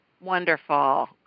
Wonderful